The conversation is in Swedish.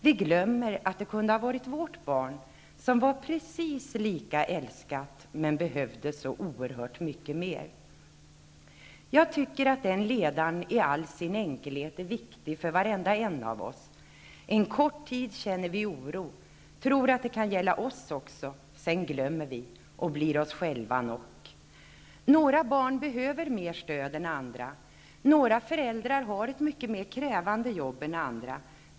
Vi glömmer att det kunde ha varit vårt barn, som var precis lika älskat, men behövde så oerhört mycket mer.'' Jag tycker att den ledaren -- i all sin enkelhet -- är viktig för varenda en av oss. En kort tid känner vi oro, tror vi att det kan gälla oss också. Sedan glömmer vi och blir oss själva nog. Några barn behöver mer stöd än andra. Några föräldrar har ett mycket mer krävande jobb än andra.